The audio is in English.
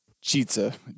cheese